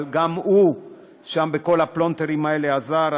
אבל גם הוא בכל הפלונטרים האלה עזר,